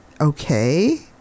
Okay